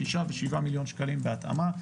שישה ושבעה מיליון שקלים בהתאמה.